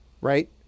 right